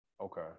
Okay